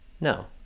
No